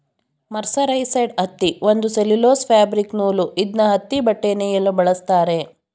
mercerised ಹತ್ತಿ ಒಂದು cellulose fabric ನೂಲು ಇದ್ನ ಹತ್ತಿಬಟ್ಟೆ ನೇಯಲು ಬಳಸ್ತಾರೆ